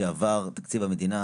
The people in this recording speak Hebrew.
כשעבר תקציב המדינה,